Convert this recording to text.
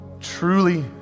truly